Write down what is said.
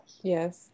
Yes